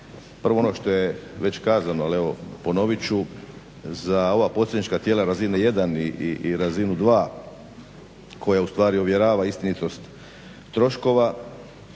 Prvo ono što je već kazano, ali evo ponovit ću, za ova … /Govornik se ne razumije./… tijela razine 1. i razinu 2. koja ostvari ovjerava istinitost troškova